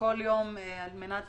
וכל יום על מנת